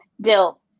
Dill